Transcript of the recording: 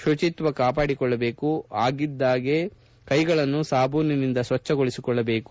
ಶುಚಿತ್ವ ಕಾಪಾಡಿಕೊಳ್ಳಬೇಕು ಆಗಿದ್ದಾಗ್ಗೆ ಕೈಗಳನ್ನು ಸಾಬೂನ್ನಿಂದ ಸ್ವಜ್ಞಗೊಳಿಸಿಕೊಳ್ಳಬೇಕು